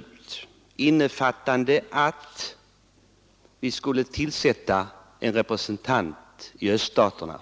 — innefattade att det skulle tillsättas en lantbruksrepresentant i öststaterna.